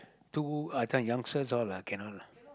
too I tell you youngsters all cannot lah